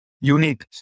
unique